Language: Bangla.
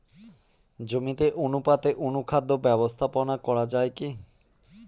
জমিতে অনুপাতে অনুখাদ্য ব্যবস্থাপনা করা য়ায় কি?